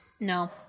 No